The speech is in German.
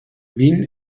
wien